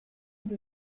sie